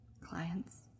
clients